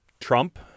Trump